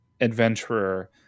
adventurer